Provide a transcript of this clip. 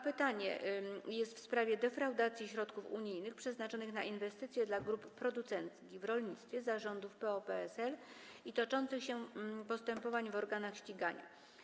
Pytanie jest w sprawie defraudacji środków unijnych przeznaczonych na inwestycje dla grup producenckich w rolnictwie za rządów PO-PSL i toczących się postępowań w organach ścigania.